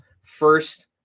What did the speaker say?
first